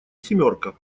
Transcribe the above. семерка